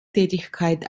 tätigkeit